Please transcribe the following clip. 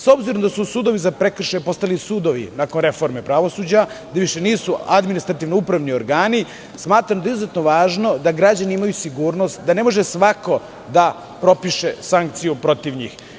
S obzirom da su sudovi za prekršaje postali sudovi nakon reforme pravosuđa, da više nisu administrativno-upravni organi, smatram da je izuzetno važno da građani imaju sigurnost, da ne može svako da propiše sankciju protiv njih.